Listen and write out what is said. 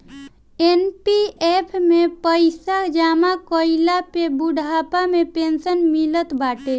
NPF में पईसा जमा कईला पे बुढ़ापा में पेंशन मिलत बाटे